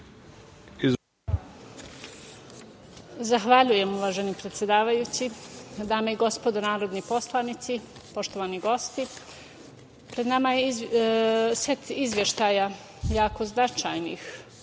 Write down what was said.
Zahvaljujem uvaženi predsedavajući. Dame i gospodo narodni poslanici, poštovani gosti, pred nama je set izveštaja jako značajnih